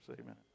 Amen